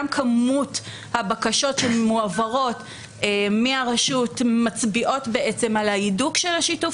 גם כמות הבקשות שמועברות מהרשות מצביעות על ההידוק של שיתוף